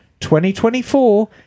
2024